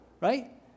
right